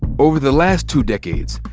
over the last two decades,